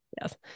Yes